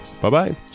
Bye-bye